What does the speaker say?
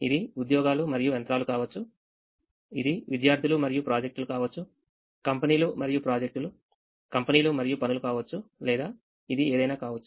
ఇది ఉద్యోగాలు మరియు యంత్రాలు కావచ్చు ఇది విద్యార్థులు మరియు ప్రాజెక్టులు కావచ్చు కంపెనీలు మరియు ప్రాజెక్టులు కంపెనీలు మరియు పనులు కావచ్చు లేదా ఇది ఏదైనా కావచ్చు